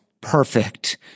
perfect